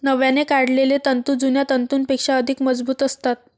नव्याने काढलेले तंतू जुन्या तंतूंपेक्षा अधिक मजबूत असतात